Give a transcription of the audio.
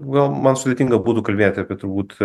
gal man sudėtinga būtų kalbėti apie turbūt